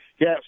Yes